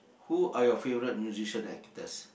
who are your favourite musician actors